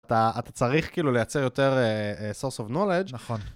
אתה צריך כאילו לייצר יותר source of knowledge, נכון,